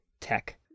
tech